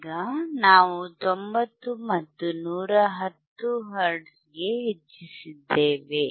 ಈಗ ನಾವು 90 ಮತ್ತು 110 ಹರ್ಟ್ಜ್ಗೆ ಹೆಚ್ಚಿಸಿದ್ದೇವೆ